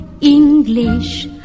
English